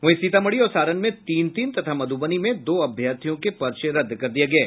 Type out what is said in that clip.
वहीं सीतामढ़ी और सारण में तीन तीन तथा मध्रबनी में दो अभ्यर्थियों के पर्चे रद्द कर दिये गये